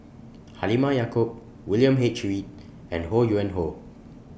Halimah Yacob William H Read and Ho Yuen Hoe